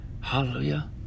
Hallelujah